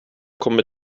kommer